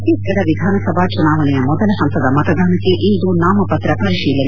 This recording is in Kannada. ಛತ್ತೀಸ್ಗಢ ವಿಧಾನಸಭಾ ಚುನಾವಣೆಯ ಮೊದಲ ಹಂತದ ಮತದಾನಕ್ಕೆ ಇಂದು ನಾಮಪತ್ರ ಪರಿಶೀಲನೆ